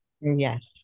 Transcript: Yes